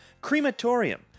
Crematorium